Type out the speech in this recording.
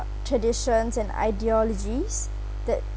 traditions and ideologies that